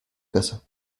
casa